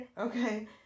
okay